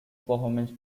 performance